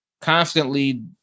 constantly